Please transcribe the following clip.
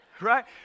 Right